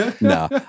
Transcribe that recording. No